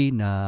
na